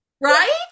Right